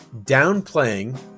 downplaying